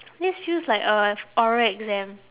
this feels like a oral exam